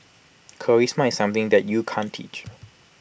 charisma is something that you can't teach